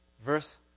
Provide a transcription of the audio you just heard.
Verse